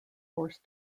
forced